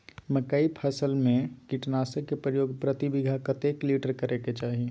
मकई फसल में कीटनासक के प्रयोग प्रति बीघा कतेक लीटर करय के चाही?